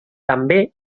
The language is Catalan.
també